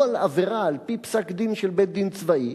על עבירה על-פי פסק-דין של בית-דין צבאי,